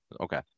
Okay